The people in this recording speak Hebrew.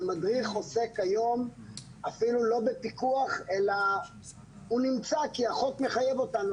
מדריך עוסק היום אפילו לא בפיקוח אלא הוא נמצא כי החוק מחייב אותנו,